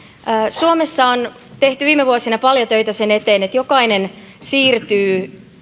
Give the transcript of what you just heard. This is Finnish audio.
suomessa on tehty viime vuosina paljon töitä sen eteen että jokainen siirtyy